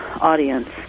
audience